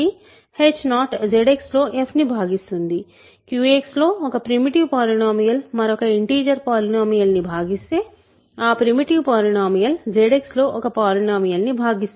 కాబట్టి h0 ZX లో f ను భాగిస్తుంది QX లో ఒక ప్రిమిటివ్ పాలినోమీయల్ మరొక ఇంటిజర్ పాలినోమీయల్ ని భాగిస్తే ఆ ప్రిమిటివ్ పోలినోమీయల్ ZX లో ఒక పోలినోమీయల్ని భాగిస్తుంది